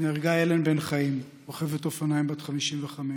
נהרגה אלן בן חיים, רוכבת אופניים בת 55,